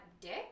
dick